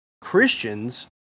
Christians